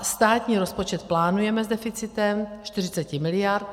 Státní rozpočet plánujeme s deficitem 40 miliard.